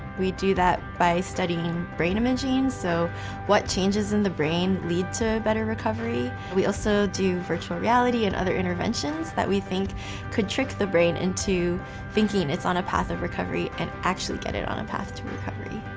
we do that by studying brain imaging, so what changes in the brain lead to better recovery? we also do virtual reality and other interventions that we think could trick the brain into thinking it's on a path of recovery and actually get it on a path to recovery.